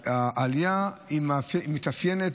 העלייה מתאפיינת